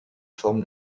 formes